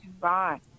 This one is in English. bye